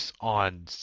on